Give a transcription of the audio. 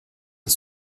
les